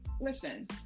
listen